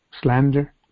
slander